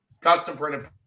custom-printed